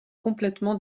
complètement